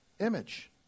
image